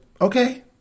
okay